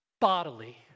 bodily